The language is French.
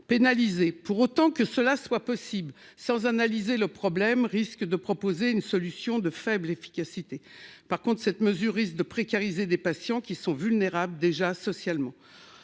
Pénaliser, pour autant que cela soit possible, sans analyser le problème risque de se révéler une solution de faible efficacité. En revanche, cette mesure va précariser des patients qui sont déjà socialement